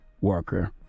worker